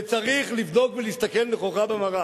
וצריך לבדוק ולהסתכל נכוחה במראה.